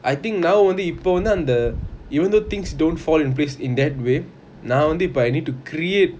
I think nowadays இப்போ வந்து அந்த:ipo vanthu antha even though things don't fall in place in that way நான் வந்து இப்போ:naan vanthu ipo I need to create